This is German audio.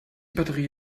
batterie